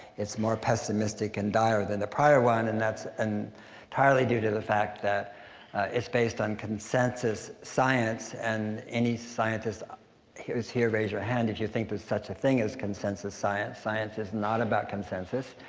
it's more pessimistic and dire than the prior one, and that's and entirely due to the fact that it's based on consensus science and any scientist who's here raise your hand if you think there's such a thing as consensus science. science is not about consensus.